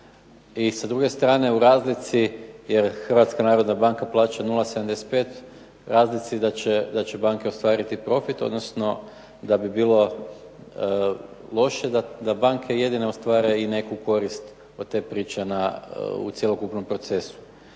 i sa druge strane u razlici, jer Hrvatska narodna banka plaća 0,75 razlici da će banke ostvariti profit odnosno da bi bilo loše da banke jedine ostvare i neku korist od te priče u cjelokupnom procesu.